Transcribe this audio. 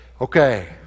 Okay